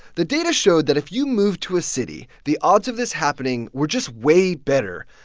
the data showed that if you moved to a city, the odds of this happening were just way better.